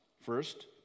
First